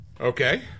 Okay